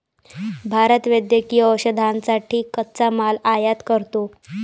भारत वैद्यकीय औषधांसाठी कच्चा माल आयात करतो